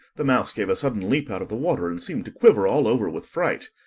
the mouse gave a sudden leap out of the water, and seemed to quiver all over with fright.